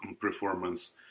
performance